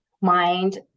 mind